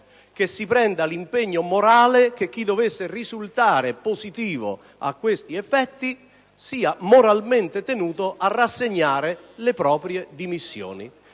si prenda l'impegno morale di far sì che chi dovesse risultare positivo a questi effetti sia moralmente tenuto a rassegnare le proprie dimissioni.